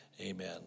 Amen